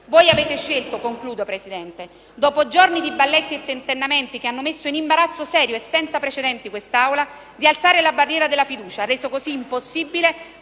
Voi avete scelto, e concludo, signor Presidente, dopo giorni di balletti e tentennamenti che hanno messo in imbarazzo serio e senza precedenti quest'Assemblea, di alzare la barriera della fiducia, rendendo così impossibile